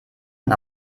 man